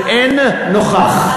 ואין נוכח.